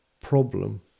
problem